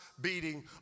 beating